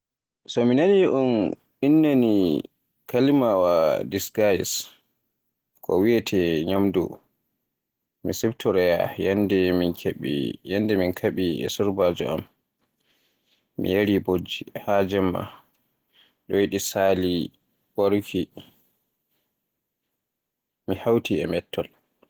So mi nani un inni kalimaawa disgust ko wiyeete "ñamɗo" mi siftoroya nyande min kaaɓe- yannde min kaabi e surbaajo am, mi yaari bojji haa jemma, ɗoyɗi sali waruki, mi hauti e mettol.